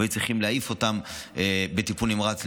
והיו צריכים להעיף אותם לטיפול נמרץ,